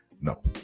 No